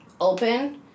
open